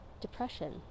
depression